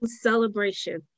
Celebration